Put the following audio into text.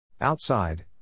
Outside